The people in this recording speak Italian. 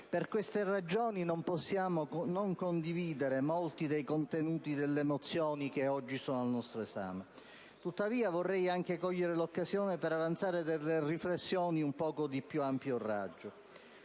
Per queste ragioni non possiamo non condividere molti dei contenuti delle mozioni che oggi sono al nostro esame. Tuttavia, vorrei anche cogliere l'occasione per avanzare delle riflessioni a più ampio raggio.